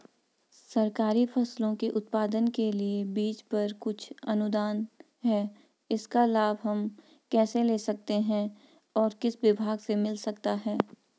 सरकारी फसलों के उत्पादन के लिए बीज पर कुछ अनुदान है इसका लाभ हम कैसे ले सकते हैं और किस विभाग से मिल सकता है?